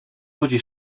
ludzi